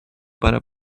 para